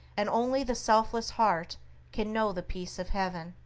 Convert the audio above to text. and only the selfless heart can know the peace of heaven.